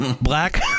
Black